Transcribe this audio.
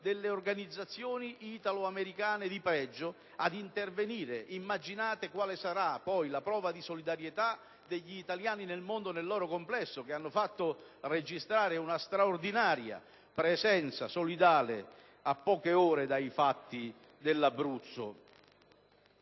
delle organizzazioni italoamericane di pregio ad intervenire. Immaginate quale sarà poi la prova di solidarietà degli italiani nel mondo nel loro complesso, che hanno fatto registrare una straordinaria presenza solidale a poche ore dai fatti dell'Abruzzo.